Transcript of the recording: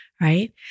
right